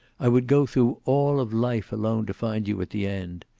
i would go through all of life alone to find you at the end.